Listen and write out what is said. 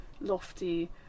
lofty